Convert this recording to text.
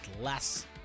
less